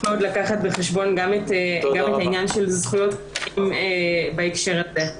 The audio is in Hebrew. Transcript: צריך לקחת בחשבון גם את העניין של זכויות בהקשר הזה.